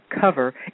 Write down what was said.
cover